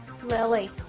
Lily